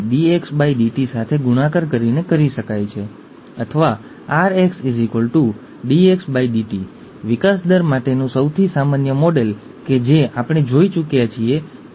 chloride ટ્રાન્સપોર્ટરની હાજરી મહત્ત્વની છે કારણ કે જો તે ગેરહાજર હોય તો સિસ્ટિક ફાઇબ્રોસિસ પેદા થાય છે